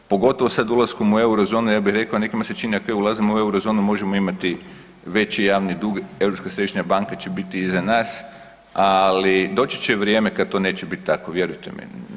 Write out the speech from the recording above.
Pogotovo sad ulaskom u Eurozonu ja bih rekao nekima se čini ako mi ulazimo u Eurozonu možemo imati veći javni dug, Europska središnja banka će biti iza nas, ali doći će vrijeme kad to neće biti tako, vjerujte mi.